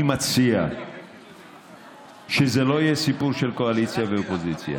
אני מציע שזה לא יהיה סיפור של קואליציה ואופוזיציה.